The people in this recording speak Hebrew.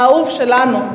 האהוב שלנו.